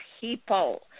people